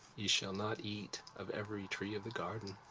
yee shall not eate of every tree of the garden?